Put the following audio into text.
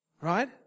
Right